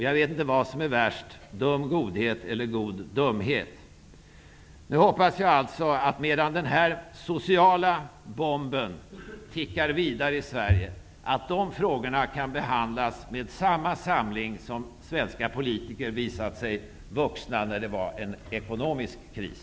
Jag vet inte vad som är värst: dum godhet eller god dumhet? Jag hoppas de frågorna, medan den här sociala bomben tickar vidare i Sverige, kan behandlas med samma samling som svenska politiker visat sig vuxna när det är en ekonomisk kris.